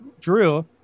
Drew